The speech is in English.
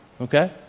Okay